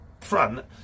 front